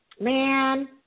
Man